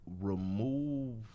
remove